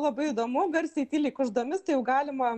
labai įdomu garsiai tyliai kuždomis tai jau galima